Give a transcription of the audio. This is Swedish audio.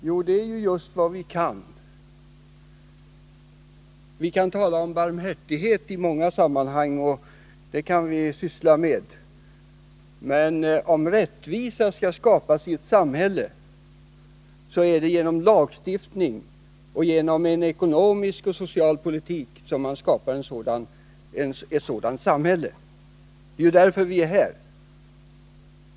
Jo, det är just vad vi kan! Vi kan tala om barmhärtighet i många sammanhang. Men om rättvisa skall skapas i ett samhälle, så är det genom lagstiftning samt genom en ekonomisk och social politik som man gör det. Det är ju därför vi är här.